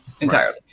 entirely